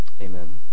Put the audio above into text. Amen